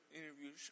interview